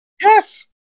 yes